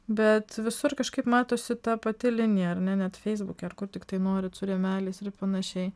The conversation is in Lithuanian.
bet visur kažkaip matosi ta pati linija ar ne net feisbuke ar kur tiktai nori tsu rėmeliais ir panašiai